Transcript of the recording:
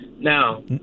Now